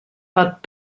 but